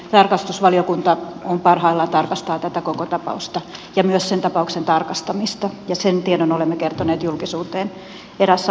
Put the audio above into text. tarkastusvaliokunta parhaillaan tarkastaa tätä koko tapausta ja myös sen tapauksen tarkastamista ja sen tiedon olemme kertoneet julkisuuteen eräässä aiemmassa yhteydessä